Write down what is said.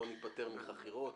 בואו ניפטר מחכירות,